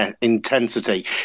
intensity